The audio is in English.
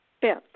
fifth